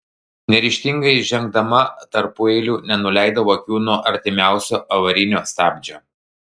neryžtingai žengdama tarpueiliu nenuleidau akių nuo artimiausio avarinio stabdžio